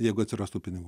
jeigu atsirastų pinigų